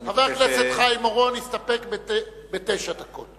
חבר הכנסת חיים אורון הסתפק בתשע דקות.